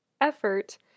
effort